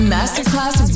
Masterclass